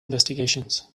investigations